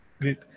Great